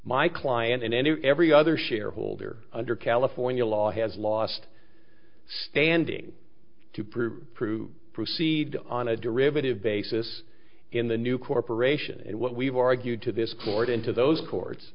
my client and every other shareholder under california law has lost standing to prove true proceed on a derivative basis in the new corporation and what we've argued to this court into those courts